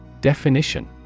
Definition